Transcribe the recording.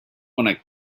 want